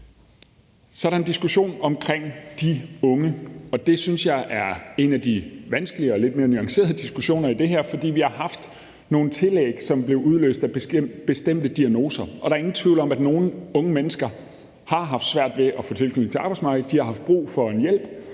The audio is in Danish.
Så er der en diskussion om de unge. Det synes jeg er en af de vanskeligere og lidt mere nuancerede diskussioner i det her, for vi har haft nogle tillæg, som blev udløst af bestemte diagnoser. Der er ingen tvivl om, at nogle unge mennesker har haft svært ved at få tilknytning til arbejdsmarkedet. De har haft brug for hjælp,